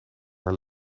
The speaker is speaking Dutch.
haar